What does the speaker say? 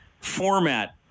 format